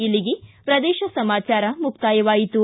ಇಲ್ಲಿಗೆ ಪ್ರದೇಶ ಸಮಾಚಾರ ಮುಕ್ತಾಯವಾಯಿತು